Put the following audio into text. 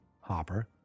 Hopper